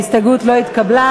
ההסתייגות לא התקבלה.